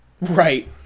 Right